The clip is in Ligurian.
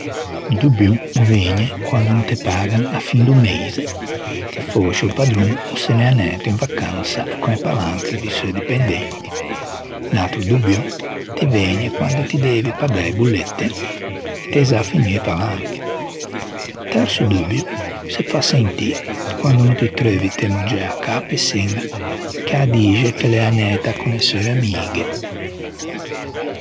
O dubio o vëgne quande no te pagan a-a fin do meise che fòscia o padron o se n'é anæto in vacansa co-e palanche di seu dipendenti. Un atro dubio te vëgne quande ti devi pagâ e bollette e t'æ za finio e palanche. O terso dubio se fa sentî quande no ti treuvi teu moggê à cà pe çeña che a dixe che l'é anæta con e seu amighe.